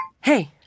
Hey